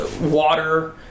water